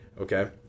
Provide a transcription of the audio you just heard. okay